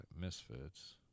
Misfits